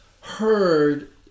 heard